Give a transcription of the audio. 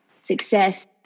success